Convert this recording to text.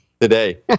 today